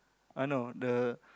I know the